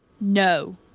No